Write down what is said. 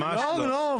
ממש לא.